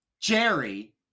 Jerry